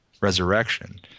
Resurrection